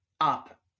up